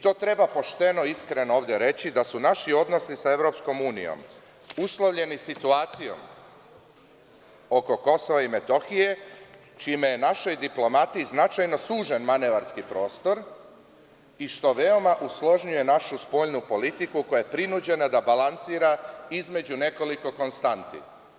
To treba pošteno i iskreno ovde reći, da su naši odnosi sa EU uslovljeni situacijom oko KiM, čime je našoj diplomatiji značajno sužen manevarski prostor i što veoma usložnjuje našu spoljnu politiku, koja je prinuđena da balansira između nekoliko konstanti.